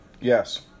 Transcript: Yes